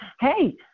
Hey